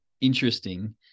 interesting